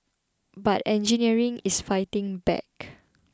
but engineering is fighting back